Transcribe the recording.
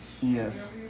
Yes